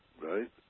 Right